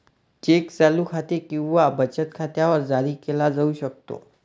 check चालू खाते किंवा बचत खात्यावर जारी केला जाऊ शकतो